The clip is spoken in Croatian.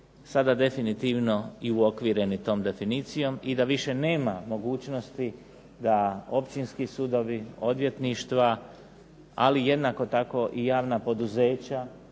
sada definitivno i uokvireni tom definicijom i da više nema mogućnosti da općinski sudovi, odvjetništva, ali jednako tako i javna poduzeća,